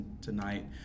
tonight